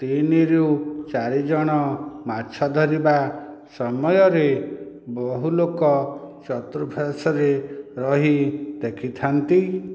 ତିନିରୁ ଚାରିଜଣ ମାଛ ଧରିବା ସମୟରେ ବହୁ ଲୋକ ଚତୁର୍ପାର୍ଶ୍ୱରେ ରହି ଦେଖିଥାନ୍ତି